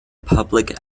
public